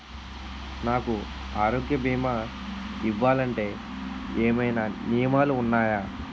నాకు ఆరోగ్య భీమా ఇవ్వాలంటే ఏమైనా నియమాలు వున్నాయా?